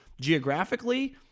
geographically